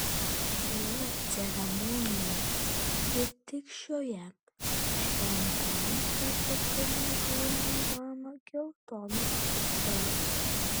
šioje ceremonijoje ir tik šioje šventam patepimui buvo naudojama geltona ochra